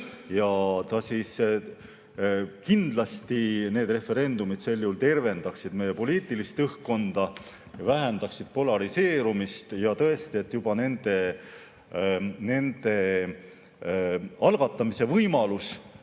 parem. Kindlasti need referendumid sel juhul tervendaksid meie poliitilist õhkkonda ja vähendaksid polariseerumist. Tõesti, juba nende algatamise võimalus